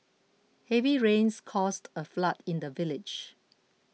heavy rains caused a flood in the village